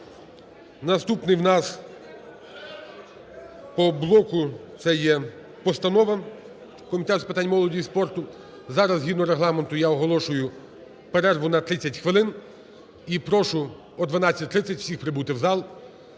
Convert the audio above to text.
Наступний у нас по блоку – це є постанова Комітету з питань молоді і спорту. Зараз згідно Регламенту я оголошую перерву на 30 хвилин. І прошу о 12:30 всіх прибути в зал